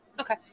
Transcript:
Okay